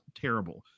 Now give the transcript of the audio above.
terrible